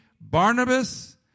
Barnabas